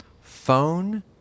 phone